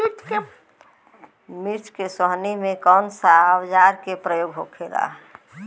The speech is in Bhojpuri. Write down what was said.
मिर्च के सोहनी में कौन सा औजार के प्रयोग होखेला?